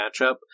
matchup